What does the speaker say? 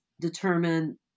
determine